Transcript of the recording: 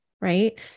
right